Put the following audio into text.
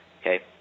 okay